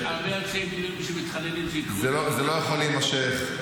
הרבה אנשי בריאות שמתחננים --- זה לא יכול להימשך.